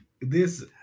this-